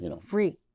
free